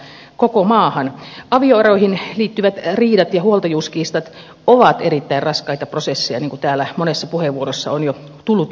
avioeroihin liittyvät riidat ja huoltajuuskiistat ovat erittäin raskaita prosesseja niin kuin täällä monessa puheenvuorossa on jo tullutkin esille